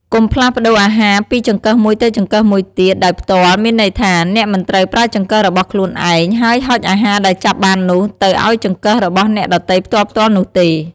កុំផ្លាស់ប្តូរអាហារពីចង្កឹះមួយទៅចង្កឹះមួយទៀតដោយផ្ទាល់មានន័យថា អ្នកមិនត្រូវប្រើចង្កឹះរបស់ខ្លួនឯង ហើយហុចអាហារដែលចាប់បាននោះ ទៅឱ្យចង្កឹះរបស់អ្នកដទៃផ្ទាល់ៗនោះទេ។